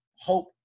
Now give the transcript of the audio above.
hope